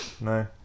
no